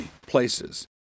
places